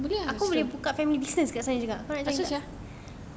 aku boleh buka family business kat sana juga kau nak join tak